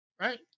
right